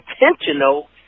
intentional